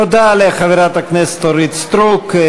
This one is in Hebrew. תודה לחברת הכנסת אורית סטרוק.